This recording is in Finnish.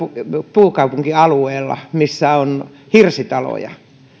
puukaupunkialueella missä on hirsitaloja